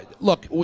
Look